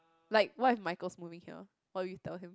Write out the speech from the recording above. like what is my ghost movie here or you tell him